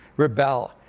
rebel